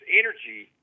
energy